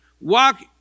walk